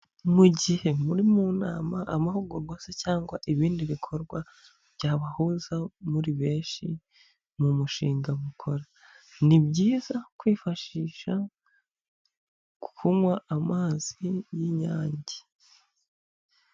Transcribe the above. Mu gihe muri mu nama amahugurwa se cyangwa ibindi bikorwa byabahuza muri benshi mu mushinga mukora, ni byiza kwifashisha kunywa amazi y'Inyange.